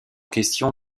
question